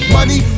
Money